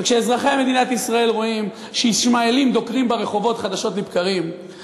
וכשאזרחי מדינת ישראל רואים שישמעאלים דוקרים ברחובות חדשות לבקרים,